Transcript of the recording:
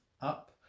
up